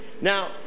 Now